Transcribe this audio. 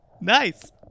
nice